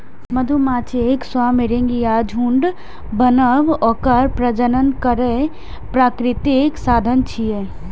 मधुमाछीक स्वार्मिंग या झुंड बनब ओकर प्रजनन केर प्राकृतिक साधन छियै